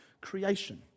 creation